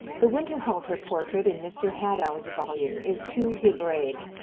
the winterhalter portrait in mr. hadow's volume is too hebraic,